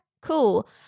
Cool